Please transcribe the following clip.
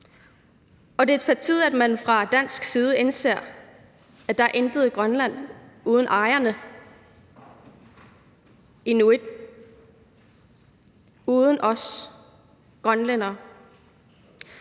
Det er på tide, at man fra dansk side indser, at der er intet Grønland uden ejerne, inuit, uden os grønlændere.